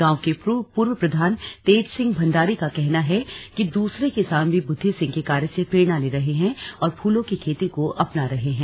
गांव के पूर्व प्रधान तेज सिंह भंडारी का कहना है कि दूसरे किसान भी बुद्धि सिंह के कार्य से प्रेरणा ले रहे हैं और फूलों की खेती को अपना रहे हैं